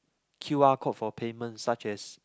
q_r code for payment such as